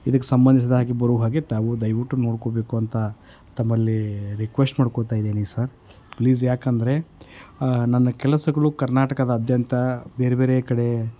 ಇದಕ್ಕೆ ಸಂಬಂಧಿಸಿದಾಗೆ ಬರುವ ಹಾಗೆ ತಾವು ದಯವಿಟ್ಟು ನೋಡ್ಕೋಬೇಕು ಅಂತ ತಮ್ಮಲ್ಲಿ ರಿಕ್ವೆಸ್ಟ್ ಮಾಡ್ಕೊತಾ ಇದ್ದೀನಿ ಸರ್ ಪ್ಲೀಸ್ ಯಾಕೆಂದ್ರೆ ನನ್ನ ಕೆಲಸಗಳು ಕರ್ನಾಟಕದಾದ್ಯಂತ ಬೇರೆಬೇರೆ ಕಡೆ